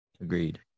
Agreed